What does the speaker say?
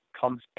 comes